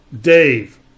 Dave